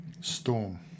Storm